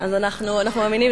אנחנו מאמינים.